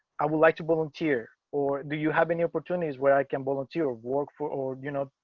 i would like to volunteer or do you have any opportunities where i can volunteer work for or, you know,